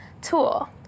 Tool